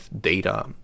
data